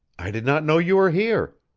i did not know you were here!